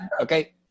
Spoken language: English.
Okay